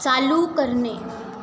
चालू करणे